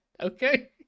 Okay